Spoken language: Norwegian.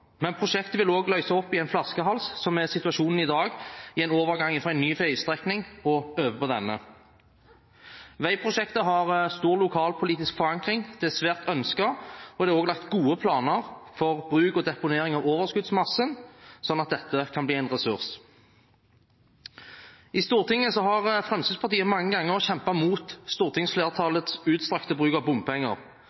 Men prosjektet vil også løse opp i en flaskehals, som er situasjonen i dag, i overgangen fra en ny veistrekning og over på denne. Veiprosjektet har stor lokalpolitisk forankring – det er svært ønsket. Det er også laget gode planer for bruk og deponering av overskuddsmassen, sånn at dette kan bli en ressurs. I Stortinget har Fremskrittspartiet mange ganger kjempet mot